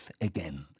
again